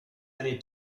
any